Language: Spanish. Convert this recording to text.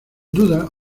duda